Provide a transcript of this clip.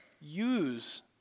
use